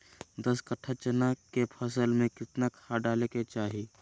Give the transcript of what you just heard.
दस कट्ठा चना के फसल में कितना खाद डालें के चाहि?